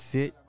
Sit